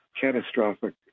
catastrophic